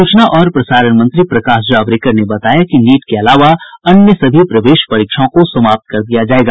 सूचना और प्रसारण मंत्री प्रकाश जावड़ेकर ने बताया कि नीट के अलावा अन्य सभी प्रवेश परीक्षाओं को समाप्त कर दिया जायेगा